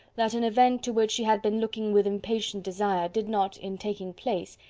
that an event to which she had been looking with impatient desire did not, in taking place,